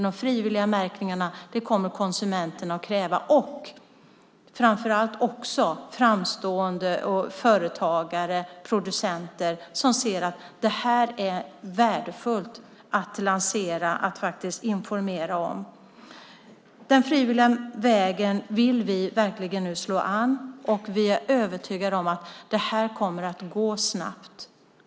De frivilliga märkningarna kommer konsumenterna att kräva, och framför allt kommer framstående företagare och producenter som inser att det är värdefullt att lansera dem och informera om dem. Den frivilliga vägen vill vi verkligen slå an. Vi är övertygade om att det kommer att gå snabbt.